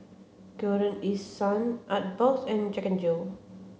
Golden East Sun Artbox and Jack Jill